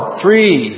three